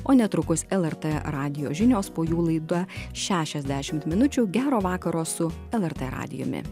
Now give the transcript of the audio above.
o netrukus lrt radijo žinios po jų laida šešiasdešimt minučių gero vakaro su lrt radijumi